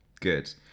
Good